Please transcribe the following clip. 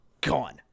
gone